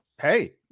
Hey